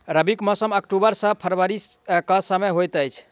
रबीक मौसम अक्टूबर सँ फरबरी क समय होइत अछि